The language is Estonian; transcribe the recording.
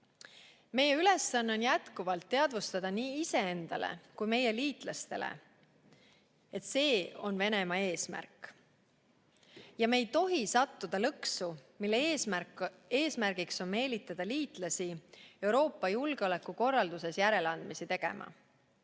Meie ülesanne on jätkuvalt teadvustada nii iseendale kui ka meie liitlastele, et see on Venemaa eesmärk. Me ei tohi sattuda lõksu, mille eesmärk on meelitada liitlasi Euroopa julgeolekukorralduses järeleandmisi tegema,